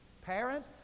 Parent